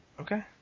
Okay